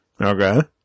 Okay